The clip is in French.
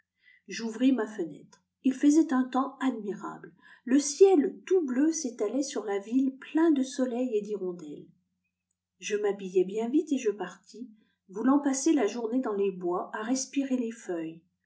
j'ouvris ma fenêtre il faisait un temps admirable le ciel tout bleu s'étalait sur la ville plein de soleil et d'hirondelles je m'habillai bien vite et je partis voulant passer la journée dans les bois à respirer les feuilles